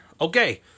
Okay